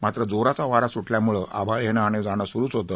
मात्र जोराचा वारा सुटल्यामुळे आभाळ येणे आणि जाणे सुरुच होते